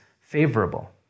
favorable